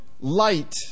light